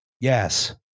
Yes